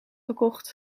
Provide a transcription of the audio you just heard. gekocht